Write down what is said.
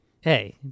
Hey